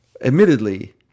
admittedly